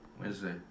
Wednesday